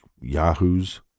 yahoos